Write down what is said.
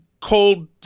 cold